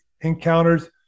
encounters